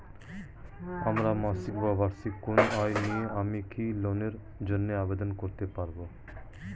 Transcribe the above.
আমার মাসিক বা বার্ষিক কোন আয় নেই আমি কি লোনের জন্য আবেদন করতে পারব?